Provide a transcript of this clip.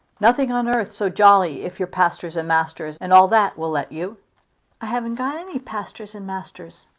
nothing on earth so jolly if your pastors and masters and all that will let you. i haven't got any pastors and masters.